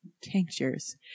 tinctures